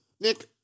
Nick